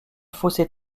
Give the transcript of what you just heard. fossé